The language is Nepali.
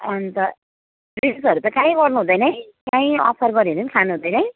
अन्त ड्रिन्क्सहरू चाहिँ केही गर्नुहुँदैन है कहीँ अफर गऱ्यो भने पनि खानुहुँदैन है